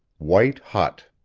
white hot.